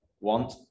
want